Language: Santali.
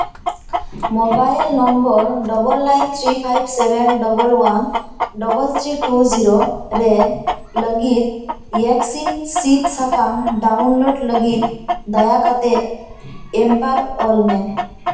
mobile number double nine three five seven double one double three two zero ᱨᱮ ᱞᱟᱹᱜᱤᱫ ᱵᱷᱮᱠᱥᱤᱱ ᱥᱤᱫ ᱥᱟᱠᱟᱢ ᱰᱟᱣᱩᱱᱞᱳᱰ ᱞᱟᱹᱜᱤᱫ ᱫᱟᱭᱟ ᱠᱟᱛᱮ ᱮᱢᱯᱟᱭᱟᱨ ᱚᱞ ᱢᱮ